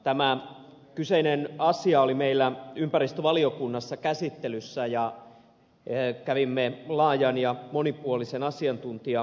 tämä kyseinen asia oli meillä ympäristövaliokunnassa käsittelyssä ja kävimme laajan ja monipuolisen asiantuntijakuulemisen